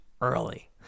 early